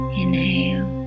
inhale